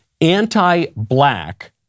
anti-black